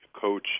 coach